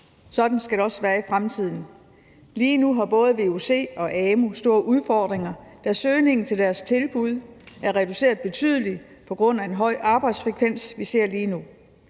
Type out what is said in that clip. Sådan skal det også være i fremtiden. Lige nu har både vuc og amu store udfordringer, da søgningen til deres tilbud er reduceret betydeligt på grund af den høje arbejdsfrekvens, vi ser lige nu.